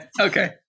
Okay